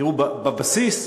תראו, בבסיס,